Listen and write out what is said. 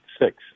six